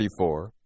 34